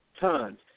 tons